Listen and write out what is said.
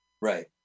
Right